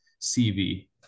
CV